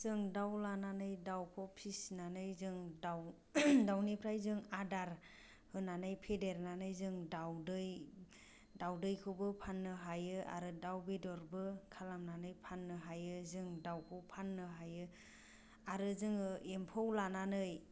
जों दाउ लानानै दाउखौ फिसिनानै जों दाउनिफ्राय जों आदार होनानै फेदेरनानै जों दाउदै दाउदैखौबो फाननो हायो आरो दाउ बेदरबो खालामनानै फाननो हायो जों दाउखौ फाननो हायो आरो जोङो एम्फौ लानानै